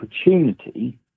opportunity